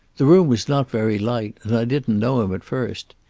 the room was not very light, and i didn't know him at first.